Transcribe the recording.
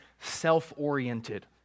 self-oriented